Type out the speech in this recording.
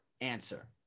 answer